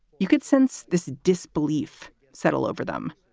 you could sense this disbelief settle over them.